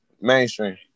mainstream